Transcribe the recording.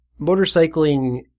Motorcycling